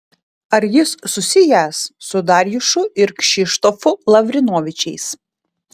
ar jis susijęs su darjušu ir kšištofu lavrinovičiais